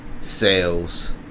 sales